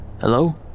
Hello